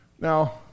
Now